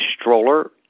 stroller